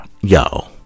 Yo